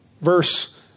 Verse